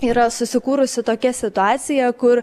yra susikūrusi tokia situacija kur